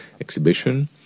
exhibition